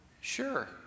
Sure